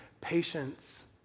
patience